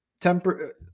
temper